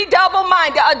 double-minded